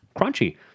crunchy